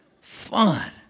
Fun